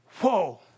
Whoa